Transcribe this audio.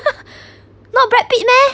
not brad pitt meh